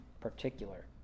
particular